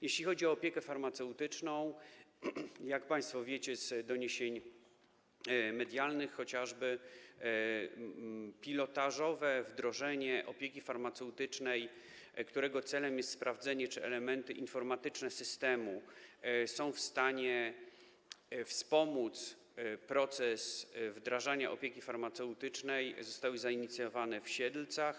Jeśli chodzi o opiekę farmaceutyczną, jak państwo wiecie chociażby z doniesień medialnych, pilotażowe wdrożenie opieki farmaceutycznej, którego celem jest sprawdzenie, czy elementy informatyczne systemu są w stanie wspomóc proces wdrażania opieki farmaceutycznej, zostało zainicjowane w Siedlcach.